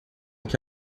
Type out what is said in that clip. que